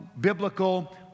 biblical